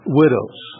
widows